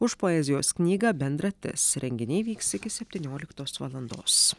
už poezijos knygą bendratis renginiai vyks iki septynioliktos valandos